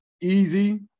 Easy